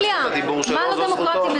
טיבי בבקשה.